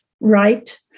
right